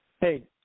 Hey